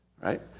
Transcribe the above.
right